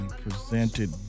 presented